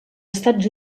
estats